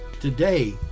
Today